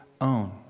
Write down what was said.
own